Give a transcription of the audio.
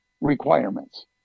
requirements